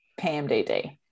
PMDD